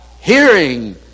hearing